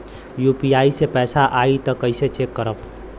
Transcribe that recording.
UPI से पैसा आई त कइसे चेक खरब?